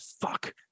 fuck